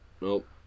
Nope